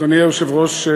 אדוני היושב-ראש,